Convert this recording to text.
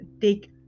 take